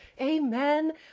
Amen